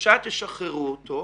בבקשה תשחררו אותו,